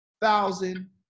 thousand